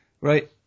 right